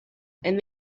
and